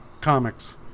comics